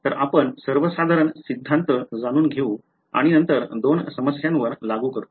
तर आपण सर्वसाधारण सिद्धांत जाणून घेऊ आणि नंतर दोन समस्यावर लागू करू